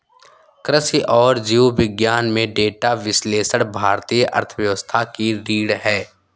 कृषि और जीव विज्ञान में डेटा विश्लेषण भारतीय अर्थव्यवस्था की रीढ़ है